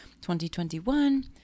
2021